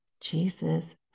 Jesus